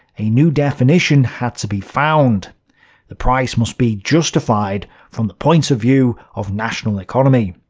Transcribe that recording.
a new definition had to be found the price must be justified from the point of view of national economy.